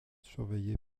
surveillée